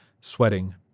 sweating